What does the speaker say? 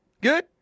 Good